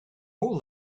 all